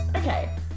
Okay